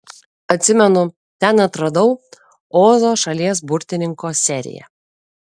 atsimenu ten atradau ozo šalies burtininko seriją